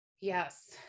Yes